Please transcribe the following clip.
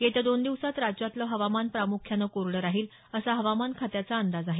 येत्या दोन दिवसांत राज्यातलं हवामान प्रामुख्याने कोरडं राहील असा हवामान खात्याचा अंदाज आहे